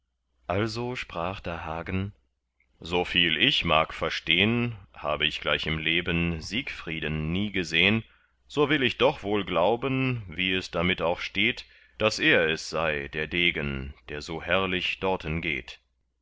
also sprach da hagen soviel ich mag verstehn hab ich gleich im leben siegfrieden nie gesehn so will ich doch wohl glauben wie es damit auch steht daß er es sei der degen der so herrlich dorten geht